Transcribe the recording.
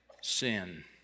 sin